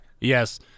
Yes